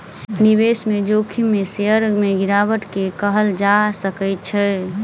निवेश जोखिम में शेयर में गिरावट के कहल जा सकै छै